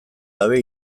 gabe